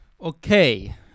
Okay